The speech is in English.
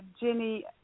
Jenny